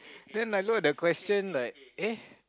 then I look at the question like eh